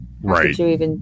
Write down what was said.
Right